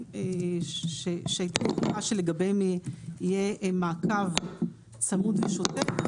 שהייתי בטוחה שלגביהם יהיה מעקב צמוד ושוטף,